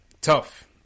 tough